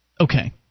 Okay